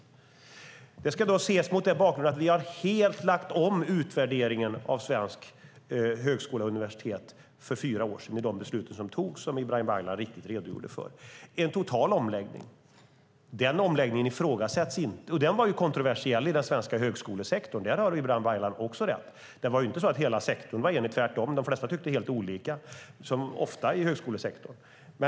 Detta ska då ses mot bakgrund av att vi helt lade om utvärderingen av svenska högskolor och universitet för fyra år sedan efter de beslut som fattades och som Ibrahim Baylan riktigt redogjorde för. Det var en total omläggning. Den var kontroversiell i den svenska högskolesektorn, och där har Ibrahim Baylan också rätt. Det var inte så att hela sektorn var enig - tvärtom. De flesta tyckte helt olika, som ofta i högskolesektorn.